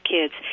Kids